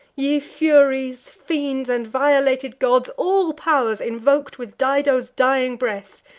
ye furies, fiends, and violated gods, all pow'rs invok'd with dido's dying breath,